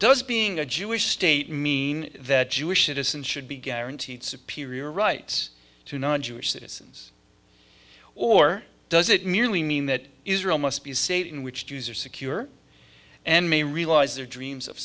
does being a jewish state mean that jewish citizens should be guaranteed superior rights to non jewish citizens or does it merely mean that israel must be saved in which jews are secure and may realize their dreams of